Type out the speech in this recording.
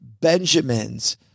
Benjamins